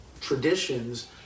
traditions